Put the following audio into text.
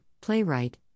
playwright